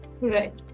Right